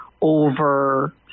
over